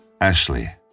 Ashley